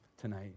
tonight